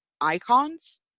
icons